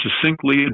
succinctly